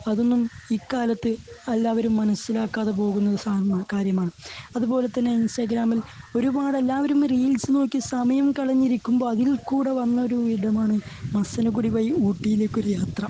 അതൊന്നും ഇക്കാലത്ത് എല്ലാവരും മനസ്സിലാക്കാതെ പോകുന്ന സാധാരണ കാര്യമാണ് അതുപോലെ തന്നെ ഇൻസ്റ്റാഗ്രാമിൽ ഒരുപാട് എല്ലാവരും റീൽസ് നോക്കി സമയം കളഞ്ഞിരിക്കുമ്പോൾ അതിൽ കൂടി വന്നൊരിടമാണ് മസനഗുഡി വഴി ഊട്ടിയിലേക്ക് ഒരു യാത്ര